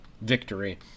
victory